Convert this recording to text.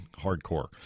hardcore